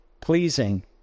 pleasing